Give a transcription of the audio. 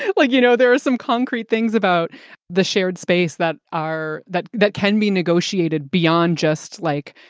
yeah like, you know, there are some concrete things about the shared space that are that that can be negotiated beyond just like,